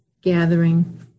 gathering